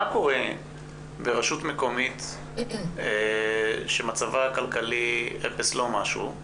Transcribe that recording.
כמה קורה ברשות מקומית שמצבה הכלכלי לא משהו,